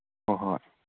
ꯍꯣ ꯍꯣꯏ